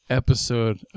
episode